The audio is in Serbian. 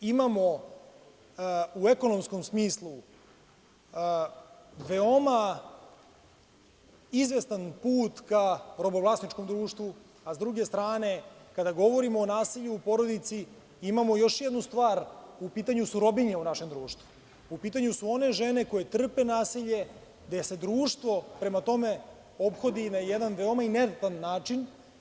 Imamo, u ekonomskom smislu, veoma izvestan put ka robovlasničkom društvu, a s druge strane, kada govorimo o nasilju u porodici, imamo još jednu stvar, u pitanju su robinje u našem društvu, u pitanju su one žene koje trpe nasilje, gde se društvo prema tome ophodi na jedan veoma inertan način.